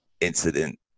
incident